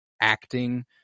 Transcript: acting